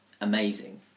amazing